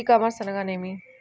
ఈ కామర్స్ అనగానేమి?